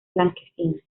blanquecinas